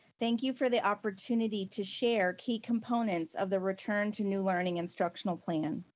thank you for the opportunity to share key components of the return to new learning instructional plan.